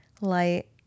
light